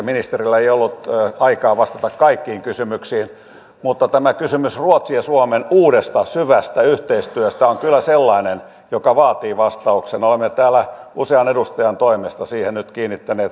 olen itse ollut tuo aika vastata kaikkiin kysymyksiin holhoustoimen edunvalvontapalveluiden lakimiehenä pitkään ja siellä valitettavan usein tuli vastaan tilanne jossa ikäihminen usein nainen oli jo täysi ikäisten lastensa pahoinpitelemäksi joutunut